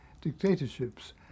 dictatorships